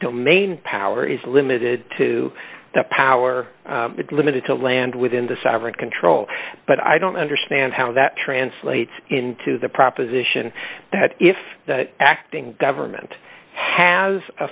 domain power is limited to that power limited to land within the sovereign control but i don't understand how that translates into the proposition that if the acting government has a